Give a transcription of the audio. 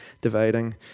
dividing